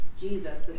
Jesus